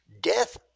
Death